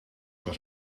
was